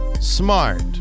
smart